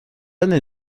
année